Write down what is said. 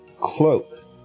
cloak